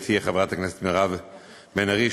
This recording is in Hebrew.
גברתי חברת הכנסת מירב בן ארי,